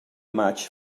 maig